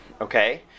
Okay